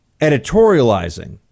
editorializing